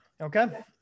okay